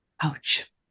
ouch